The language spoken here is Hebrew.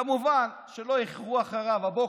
כמובן שלא איחרו, ואחריו, הבוקר,